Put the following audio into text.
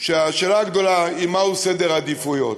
שהשאלה הגדולה, היא מה סדר העדיפויות?